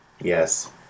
Yes